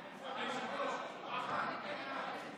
איסור ניתוק חשמל),